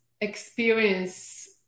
experience